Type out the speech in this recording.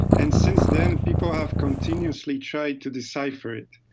and since then people have continuously tried to decipher it.